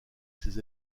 ses